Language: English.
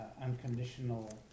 unconditional